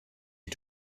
you